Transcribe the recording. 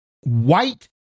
white